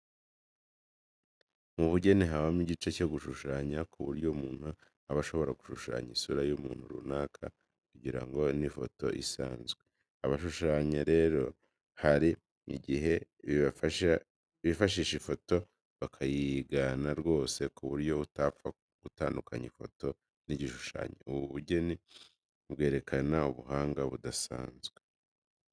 Mu bugeni habamo igice cyo gushushanya ku buryo umuntu aba ashobora gushushanya isura y'umuntu runaka ukagira ngo ni ifoto isanzwe. Abashushanya rero hari igihe bifashisha ifoto bakayigana rwose ku buryo utapfa gutandukanya ifoto n'igishushanyo. Ubu bugeni bwerekana ubuhanga budasanzwe.